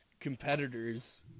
competitors